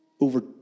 over